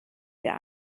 ihr